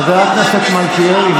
חבר הכנסת מלכיאלי,